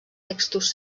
textos